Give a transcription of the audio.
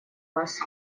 вас